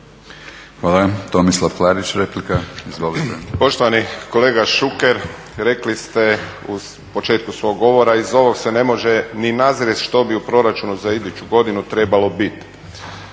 Hvala. Tomislav Klarić, replika. Izvolite. **Klarić, Tomislav (HDZ)** Poštovani kolega Šuker rekli ste u početku svog govora iz ovog se ne može ni nazrijeti što bi u proračunu za iduću godinu trebalo biti.